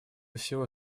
всего